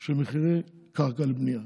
של מחירי קרקע לבנייה.